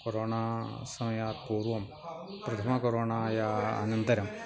corona समयात् पूर्वं प्रथमकोरोनायाः अनन्तरम्